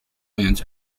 winds